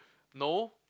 no